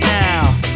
now